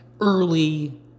early